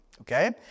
okay